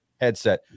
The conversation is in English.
headset